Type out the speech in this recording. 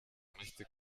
möchte